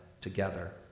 together